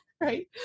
Right